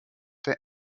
der